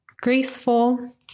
graceful